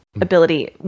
ability